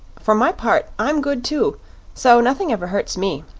for my part, i'm good, too so nothing ever hurts me.